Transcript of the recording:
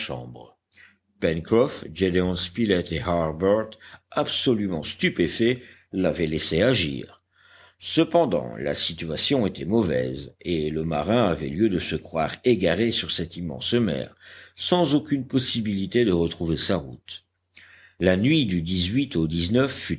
absolument stupéfaits l'avaient laissé agir cependant la situation était mauvaise et le marin avait lieu de se croire égaré sur cette immense mer sans aucune possibilité de retrouver sa route la nuit du au